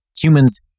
Humans